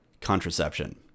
Contraception